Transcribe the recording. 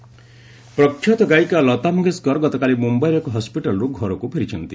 ଲତା ମଙ୍ଗେସକର ପ୍ରଖ୍ୟାତ ଗାୟିକା ଲତା ମଙ୍ଗେସକର ଗତକାଲି ମୁମ୍ବାଇର ଏକ ହସ୍ୱିଟାଲରୁ ଘରକୁ ଫେରିଛନ୍ତି